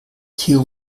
theo